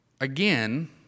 again